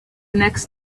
next